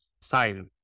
sign